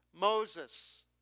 Moses